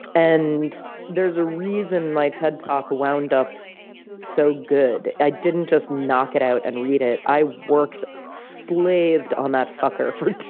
and there's a reason my ted talk wound up so good. i didn't just knock it out and read it. i worked slaved on that fucker for two